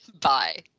Bye